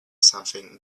something